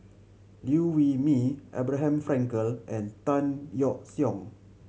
Liew Wee Mee Abraham Frankel and Tan Yeok Seong